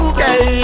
Okay